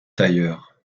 tailleur